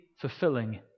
fulfilling